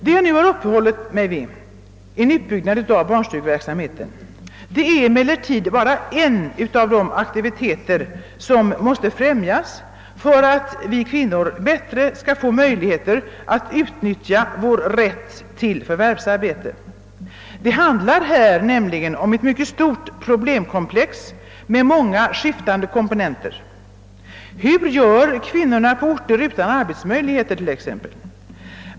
Det jag nu har uppehållit mig vid, en utbyggnad av barnstugeverksamheten, är emellertid bara en av de aktiviteter som måste främjas för att vi kvinnor skall få bättre möjligheter att utnyttja vår rätt till förvärvsarbete. Det handlar här nämligen om ett mycket stort problemkomplex med många skiftande komponenter. Hur gör kvinnorna på orter utan arbetsmöjligheter t.ex.?